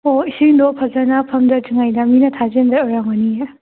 ꯑꯣ ꯏꯁꯤꯡꯗꯣ ꯐꯖꯅ ꯐꯝꯗꯗ꯭ꯔꯤꯉꯩꯗ ꯃꯤꯅ ꯊꯥꯖꯤꯟꯕ ꯑꯣꯏꯔꯝꯒꯅꯤꯌꯦ